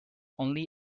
only